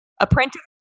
apprentice